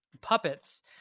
puppets